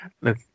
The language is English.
look